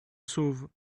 sauve